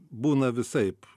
būna visaip